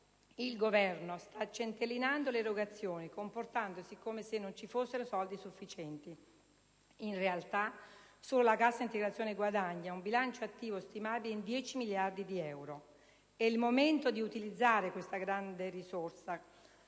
il Governo sta centellinando le erogazioni comportandosi come se non ci fossero soldi sufficienti. In realtà, solo la cassa integrazione guadagni ha un bilancio attivo stimabile in 10 miliardi di euro. È il momento di utilizzare questa grande quantità